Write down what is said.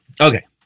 Okay